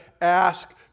ask